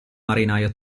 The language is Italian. marinaio